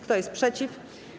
Kto jest przeciw?